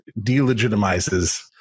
delegitimizes